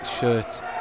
shirt